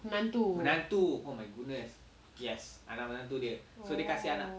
menantu